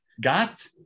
got